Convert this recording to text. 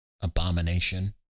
abomination